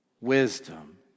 wisdom